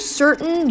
certain